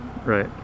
right